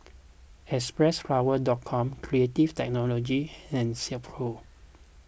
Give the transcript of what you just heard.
Xpressflower dot com Creative Technology and Silkpro